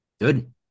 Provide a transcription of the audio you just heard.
Good